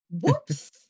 Whoops